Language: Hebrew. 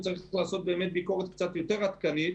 וצריך לעשות ביקורת קצת יותר עדכנית.